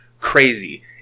crazy